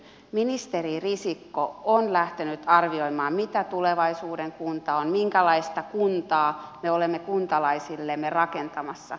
ministeri risikko on lähtenyt arvioimaan mitä tulevaisuuden kunta on minkälaista kuntaa me olemme kuntalaisillemme rakentamassa